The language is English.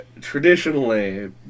Traditionally